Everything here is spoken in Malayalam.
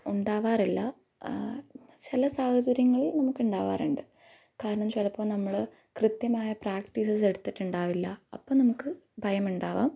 ഉണ്ടാകാറില്ല ചില സാഹചര്യങ്ങള് നമുക്ക് ഉണ്ടാകാറുണ്ട് കാരണം ചിലപ്പോൾ നമ്മള് കൃത്യമായ പ്രാക്ട്ടീസ് എടുത്തിട്ടുണ്ടാകാറില്ല അപ്പം നമുക്ക് ഭയമുണ്ടാകാം